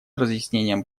разъяснением